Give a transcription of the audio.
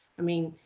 i mean,